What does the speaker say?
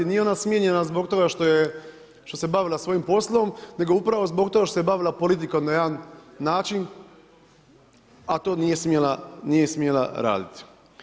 Nije ona smijenjena zbog toga što se bavila svojim poslom nego upravo zbog toga što se bavila politikom na jedan način, a to nije smjela raditi.